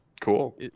Cool